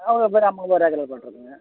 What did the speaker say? ஆமாம் ஒரு ஏக்கரா போட்டிருக்கோங்க